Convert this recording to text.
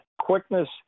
quickness